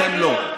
אתם לא.